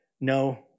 no